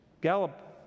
Gallup